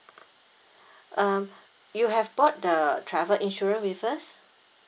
uh you have bought the travel insurance with us